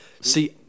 See